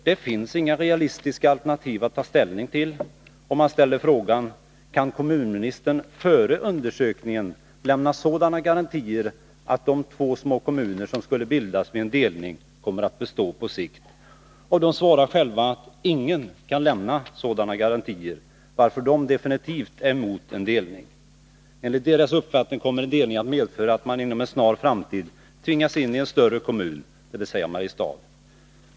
”Det finns inga realistiska alternativ att ta ställning till”, säger man och ställer frågan: Kan kommunministern före undersökningen lämna sådana garantier att de två små kommuner som skulle bildas vid en delning kommer att bestå på sikt? Och de svarar själva att ingen kan lämna sådana garantier, varför de definitivt är emot en delning. Enligt deras uppfattning kommer en delning att medföra att man inom en snar framtid tvingas in i en större kommun, dvs. Mariestad.